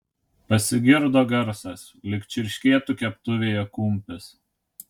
pasigirdo garsas lyg čirškėtų keptuvėje kumpis